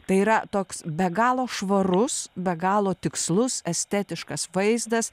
tai yra toks be galo švarus be galo tikslus estetiškas vaizdas